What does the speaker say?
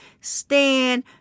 stand